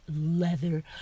leather